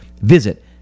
Visit